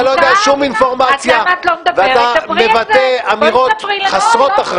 אתה לא יודע שום אינפורמציה ואתה מבטא אמירות חסרות אחריות.